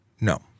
no